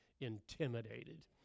intimidated